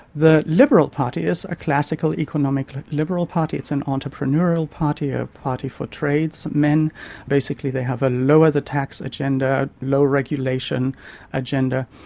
the liberal party is a classical economic like liberal party it's an entrepreneurial party, a party for tradesmen. basically they have a lower the tax agenda, low regulation agenda.